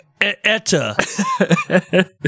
Etta